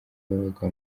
babaga